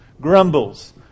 grumbles